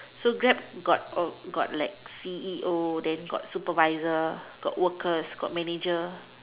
so Grab got got like C_E_O then got supervisor got workers got worker got manager